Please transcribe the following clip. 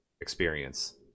experience